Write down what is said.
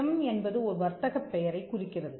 GeM என்பது ஒரு வர்த்தகப் பெயரைக் குறிக்கிறது